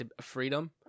freedom